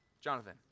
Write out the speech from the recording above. Jonathan